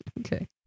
Okay